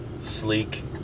sleek